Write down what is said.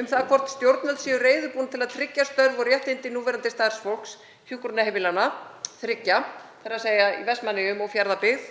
um það hvort stjórnvöld séu reiðubúin til að tryggja störf og réttindi núverandi starfsfólks hjúkrunarheimilanna þriggja, þ.e. í Vestmannaeyjum og Fjarðabyggð,